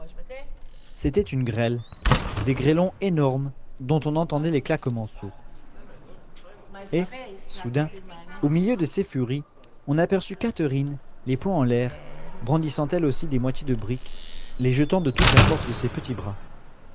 c'était une grêle des grêlons énormes dont on entendait les claquements sourds et soudain au milieu de ces furies on aperçut catherine les poings en l'air brandissant elle aussi des moitiés de brique les jetant de toute la force de ses petits bras